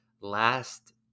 last